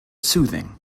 soothing